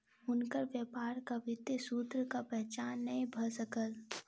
हुनकर व्यापारक वित्तीय सूत्रक पहचान नै भ सकल